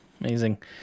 Amazing